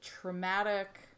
traumatic